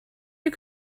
you